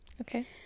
okay